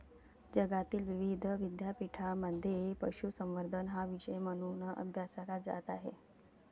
जगातील विविध विद्यापीठांमध्ये पशुसंवर्धन हा विषय म्हणून अभ्यासला जात आहे